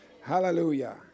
Hallelujah